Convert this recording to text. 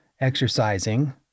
exercising